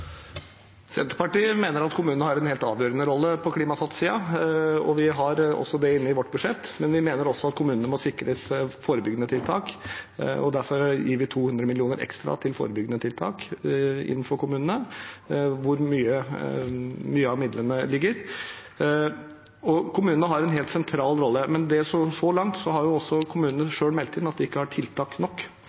Senterpartiet mener at kommunene har en helt avgjørende rolle på Klimasats-siden, og vi har også det inne i vårt budsjett. Vi mener at kommunene må sikres forebyggende tiltak, og derfor gir vi 200 mill. kr ekstra til forebyggende tiltak i kommunene, hvor mange av midlene ligger. Kommunene har en helt sentral rolle, men så langt har kommunene selv meldt inn at de ikke har tiltak nok